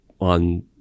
on